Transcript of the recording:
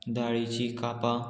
दाळीची कापां